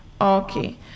Okay